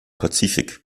pazifik